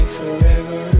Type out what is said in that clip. forever